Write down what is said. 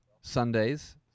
Sundays